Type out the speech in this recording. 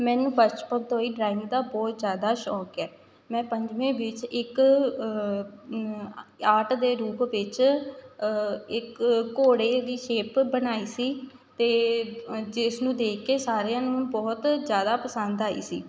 ਮੈਨੂੰ ਬਚਪਨ ਤੋਂ ਹੀ ਡਰਾਇੰਗ ਦਾ ਬਹੁਤ ਜ਼ਿਆਦਾ ਸ਼ੌਂਕ ਹੈ ਮੈਂ ਪੰਜਵੇਂ ਵਿੱਚ ਇੱਕ ਆਟ ਦੇ ਰੂਪ ਵਿੱਚ ਇੱਕ ਘੋੜੇ ਦੀ ਸ਼ੇਪ ਬਣਾਈ ਸੀ ਅਤੇ ਜਿਸ ਨੂੰ ਦੇਖ ਕੇ ਸਾਰਿਆਂ ਨੂੰ ਬਹੁਤ ਜ਼ਿਆਦਾ ਪਸੰਦ ਆਈ ਸੀ